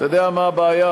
אתה יודע מה הבעיה?